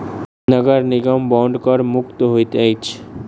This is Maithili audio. नगर निगम बांड कर मुक्त होइत अछि